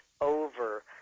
over